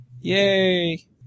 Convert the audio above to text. Yay